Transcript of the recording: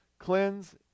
Cleanse